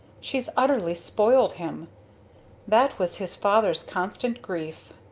she's utterly spoiled him that was his father's constant grief.